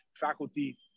faculty